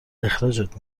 اخراجت